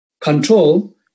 control